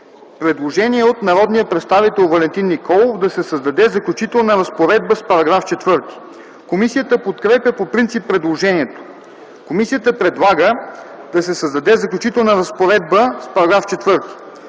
Предложение от народния представител Валентин Николов да се създаде Заключителна разпоредба с § 4. Комисията подкрепя по принцип предложението. Комисията предлага да се създаде Заключителна разпоредба с § 4: